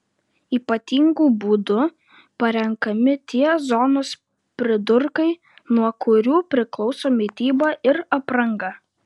ypatingu būdu parenkami tie zonos pridurkai nuo kurių priklauso mityba ir apranga